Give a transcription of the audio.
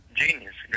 genius